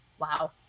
Wow